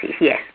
yes